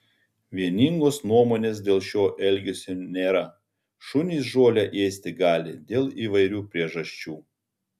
vieningos nuomonės dėl šio elgesio nėra šunys žolę ėsti gali dėl įvairių priežasčių